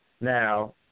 Now